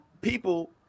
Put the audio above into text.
people